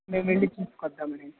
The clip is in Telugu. మేము వెళ్ళి చూసుకుని వద్దామని